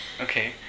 Okay